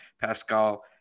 Pascal